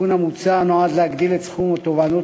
התיקון המוצע נועד להגדיל את סכום התובענות